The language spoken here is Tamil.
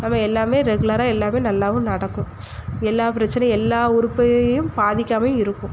நம்ம எல்லாமே ரெகுலராக எல்லாமே நல்லாவும் நடக்கும் எல்லா பிரச்சனையும் எல்லா உறுப்பையையும் பாதிக்காமையும் இருக்கும்